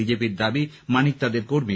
BJP র দাবি মানিক তাদের কর্মী